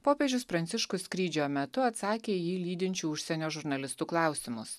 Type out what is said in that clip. popiežius pranciškus skrydžio metu atsakė į jį lydinčių užsienio žurnalistų klausimus